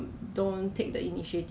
I mean 他 ah 这边有写 lah